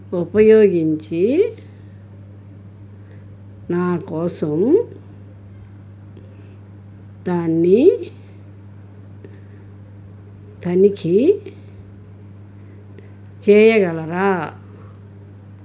ఉపయోగించి నా కోసం దాన్ని తనిఖీ చేయగలరా